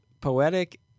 poetic